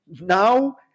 Now